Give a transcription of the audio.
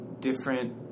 different